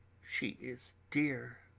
she is dear!